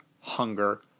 hunger